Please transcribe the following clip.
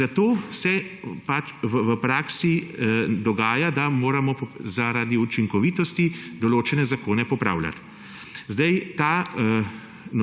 Zato se v praksi dogaja, da moramo zaradi učinkovitosti določene zakone popravljati. Ta